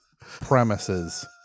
premises